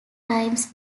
times